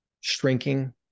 shrinking